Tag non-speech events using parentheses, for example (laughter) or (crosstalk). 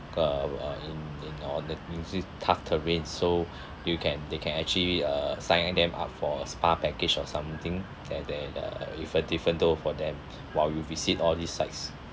uh in in on the you see hard terrain so (breath) you can they can actually uh sign them up for a spa package or something and then uh with a different though for them (breath) while you visit all these sites